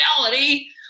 reality